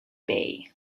bay